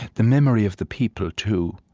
the memory of the people too,